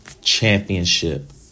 Championship